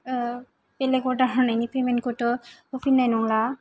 बेलेक अर्डार होनायनि पेमेन्टखौथ' होफिननाय नंला